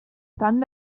dann